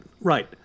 Right